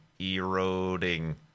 Eroding